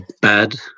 bad